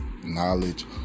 knowledge